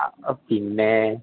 അ ഒ പിന്നേ